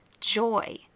joy